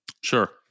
Sure